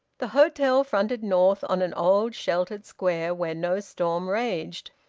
the hotel fronted north on an old sheltered square where no storm raged,